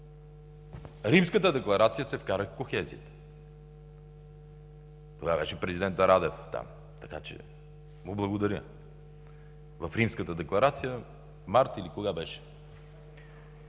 Римската декларация се вкара в кохезията. Тогава президентът Радев беше там, така че му благодаря. В Римската декларация – март или кога беше